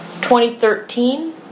2013